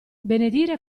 benedire